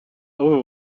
over